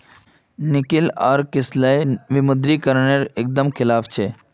Nikhil R Kislay विमुद्रीकरण नेर एक दम खिलाफ छे